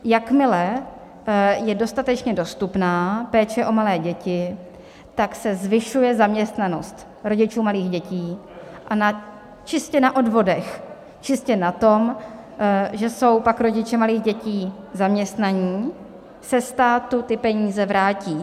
Jakmile je dostatečně dostupná péče o malé děti, tak se zvyšuje zaměstnanost rodičů malých dětí a čistě na odvodech, čistě na tom, že jsou pak rodiče malých dětí zaměstnaní, se státu ty peníze vrátí.